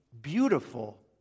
beautiful